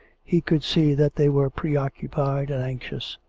he could see that they were preoccupied and anxious.